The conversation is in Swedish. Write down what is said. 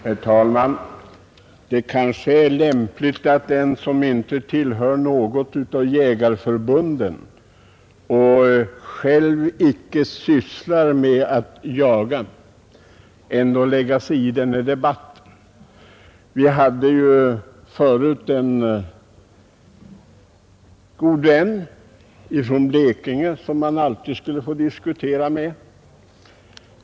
Herr talman! Det är kanske lämpligt att en som inte tillhör något av jägarförbunden och själv icke sysslar med att jaga ändå lägger sig i den här diskussionen, Vi hade ju förut en god vän från Blekinge, som man alltid skulle få diskutera med.